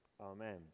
Amen